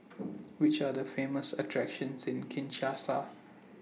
Which Are The Famous attractions in Kinshasa